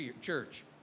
church